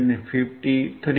60